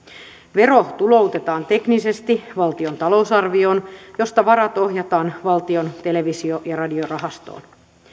vero tuloutetaan teknisesti valtion talousarvioon josta varat ohjataan valtion televisio ja radiorahastoon